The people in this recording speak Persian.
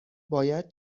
باید